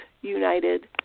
united